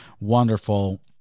wonderful